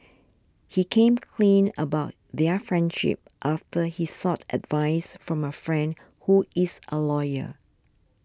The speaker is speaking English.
he came clean about their friendship after he sought advice from a friend who is a lawyer